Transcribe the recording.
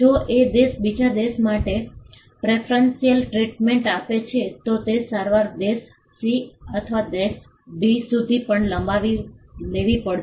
જો એ દેશ બીજા દેશ માટે પ્રેફરન્શિયલ ટ્રીટમેન્ટ આપે છે તો તે સારવાર દેશ C અથવા દેશ D સુધી પણ લંબાવી લેવી પડશે